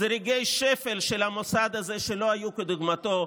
אלה רגעי שפל של המוסד הזה שלא היה כדוגמתם.